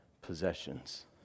possessions